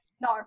No